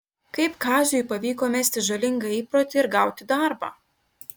kaip kaziui pavyko mesti žalingą įprotį ir gauti darbą